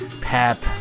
Pep